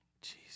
Jesus